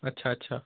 अच्छा अच्छा